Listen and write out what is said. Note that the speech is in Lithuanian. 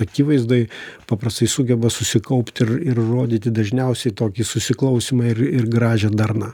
akivaizdoj paprastai sugeba susikaupt ir ir rodyti dažniausiai tokį susiklausymą ir ir gražią darną